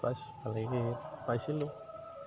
পাইছিলো